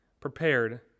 prepared